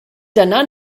dyna